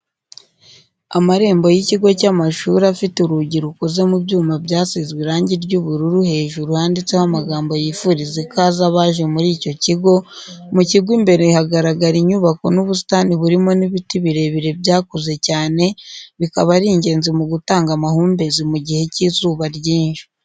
Amarembo y'ikigo cy'amashuri afite urugi rukoze mu byuma byasizwe irangi ry'ubururu hejuru handitseho amagambo yifuriza ikaze abaje mu icyo kigo, mu kigo imbere hagaragara inyubaako n'ubusitani burimo n'ibiti birebire byakuze cyane bikaba ari ingenzi mu gutanga amahumbezi mu gihe cy'izuba ryinshi.